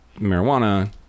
marijuana